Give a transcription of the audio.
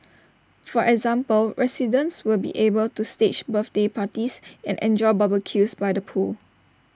for example residents will be able to stage birthday parties and enjoy barbecues by the pool